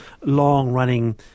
long-running